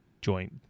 joint